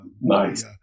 nice